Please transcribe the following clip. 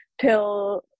till